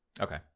Okay